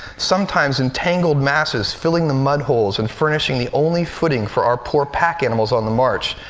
sometimes in tangled masses, filling the mud holes and furnishing the only footing for our poor pack animals on the march,